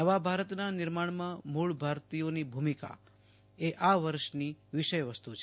નવા ભારતના નિર્માણમાં મૂળ ભારતીયોની ભૂમિકા એ આ વર્ષની વિષયવસ્તુ છે